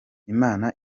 imana